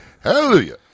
hallelujah